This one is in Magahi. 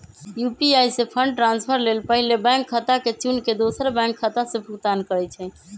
यू.पी.आई से फंड ट्रांसफर लेल पहिले बैंक खता के चुन के दोसर बैंक खता से भुगतान करइ छइ